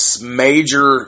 major